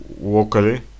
locally